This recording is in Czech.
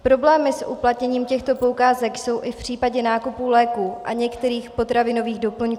Problémy s uplatněním těchto poukázek jsou i v případě nákupů léků a některých potravinových doplňků.